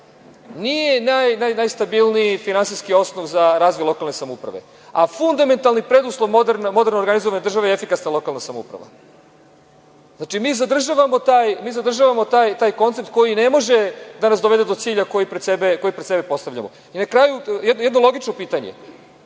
nije najstabilniji finansijski osnov za razvoj lokalne samouprave, a fundamentalni preduslov moderno organizovane države jeste efikasna lokalna samouprava. Znači, mi zadržavamo taj koncept koji ne može da nas dovede do cilja koji pred sebe postavljamo. Na kraju jedno logično pitanje,